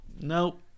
Nope